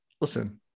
Listen